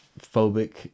phobic